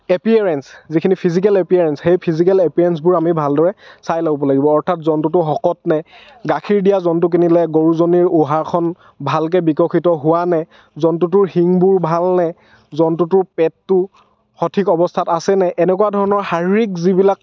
appearance যিখিনি physical appearance সেই physical এপিয়াৰেন্সবোৰ ভালদৰে চাই ল'ব লাগিব অৰ্থাৎ জন্তুটো শকত নে গাখীৰ দিয়া জন্তু কিনিলে গৰুজনীৰ উহাৰখন ভালকৈ বিকশিত হোৱা নে জন্তুটোৰ শিংবোৰ ভাল নে জন্তুটোৰ পেটটো সঠিক অৱস্থাত আছেনে এনেকুৱা ধৰণৰ শাৰিৰীক যিবিলাক